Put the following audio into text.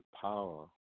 power